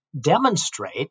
demonstrate